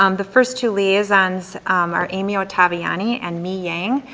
um the first two liaisons are amy ottaviani and mee yang.